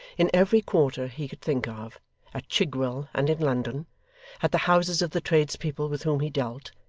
in every quarter he could think of at chigwell and in london at the houses of the tradespeople with whom he dealt,